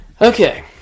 Okay